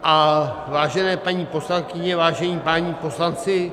A vážené paní poslankyně, vážení páni poslanci...